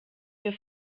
wir